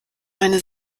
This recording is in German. meine